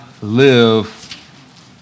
live